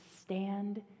stand